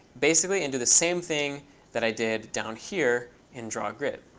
basically, and do the same thing that i did down here in drawgrid.